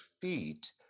feet